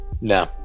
No